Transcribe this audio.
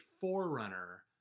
forerunner